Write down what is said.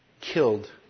killed